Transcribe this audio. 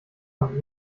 und